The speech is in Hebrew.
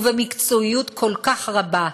ובמקצועיות כל כך רבה,